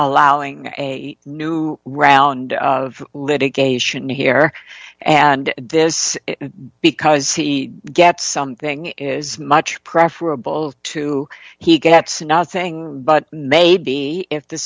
allowing a new round of litigation here and this because he gets something is much preferable to he gets nothing but maybe if the